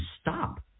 stop